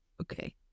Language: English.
Okay